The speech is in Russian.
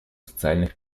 социальных